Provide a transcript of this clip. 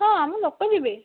ହଁ ଆମ ଲୋକ ଯିବେ